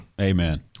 Amen